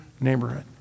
neighborhood